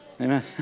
Amen